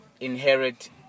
inherit